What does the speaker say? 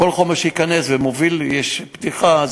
כל חומר שייכנס ומוביל לפתיחה,